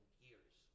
years